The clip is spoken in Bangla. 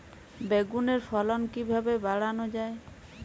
বেগুনের ফলন কিভাবে বাড়ানো যায়?